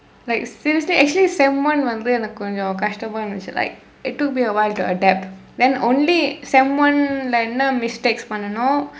like seriously actually sem one வந்து எனக்கு கொஞ்சம் கஷ்டமா இருந்துச்சு :vandthu enakku konjsam kashdamaa irundthuchsu like it took me a while to adapt then only sem one இல்ல என்ன:illa enna mistakes பனென்னோ:pannannoo